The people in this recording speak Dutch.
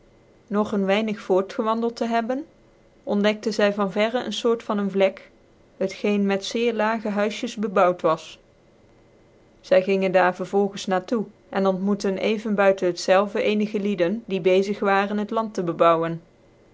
noch ccn weinig voortgcwandcld hebbende ontdekte zy van verre ccn foort van een vlek het geen met zeer lage huisjes bebouwt was zy gingen daar vervolgens na toe cn ontmoete even buiten het zelve cenige lieden die bezig waren het land te bebouwen